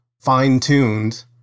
fine-tuned